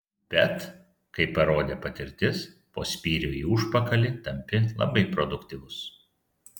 bet kaip parodė patirtis po spyrio į užpakalį tampi labai produktyvus